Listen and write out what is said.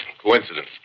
coincidence